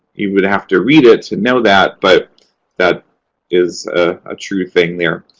you would have to read it to know that, but that is a true thing there.